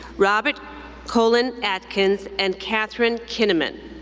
robert colin atkins and katherine kinnaman.